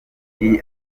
iyi